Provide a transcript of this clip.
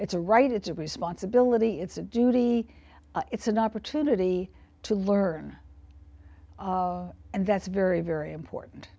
it's a right it's a responsibility it's a duty it's an opportunity to learn and that's very very important